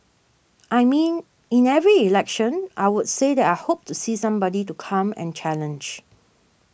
I mean in every election I'll say that I hope to see somebody to come and challenge